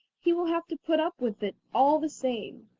he will have to put up with it all the same!